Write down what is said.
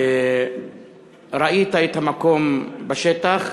ראית את המקום בשטח,